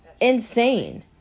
insane